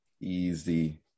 easy